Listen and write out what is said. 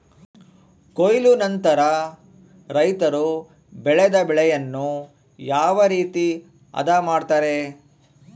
ಕೊಯ್ಲು ನಂತರ ರೈತರು ಬೆಳೆದ ಬೆಳೆಯನ್ನು ಯಾವ ರೇತಿ ಆದ ಮಾಡ್ತಾರೆ?